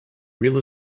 real